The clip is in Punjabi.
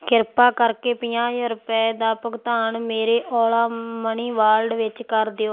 ਕਿਰਪਾ ਕਰਕੇ ਪੰਜਾਹ ਹਜ਼ਾਰ ਰੁਪਏ ਦਾ ਭੁਗਤਾਨ ਮੇਰੇ ਓਲਾ ਮਨੀ ਵਾਲਟ ਵਿੱਚ ਕਰ ਦਿਓ